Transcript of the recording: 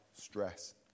stress